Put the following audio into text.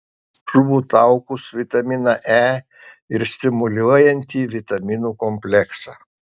žuvų taukus vitaminą e ir stimuliuojantį vitaminų kompleksą